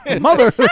Mother